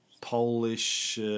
Polish